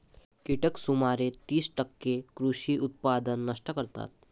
कीटक सुमारे तीस टक्के कृषी उत्पादन नष्ट करतात